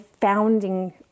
founding